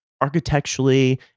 architecturally